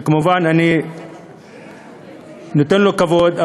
שכמובן אני נותן לו כבוד,